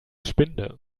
spinde